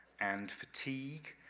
and fatigue,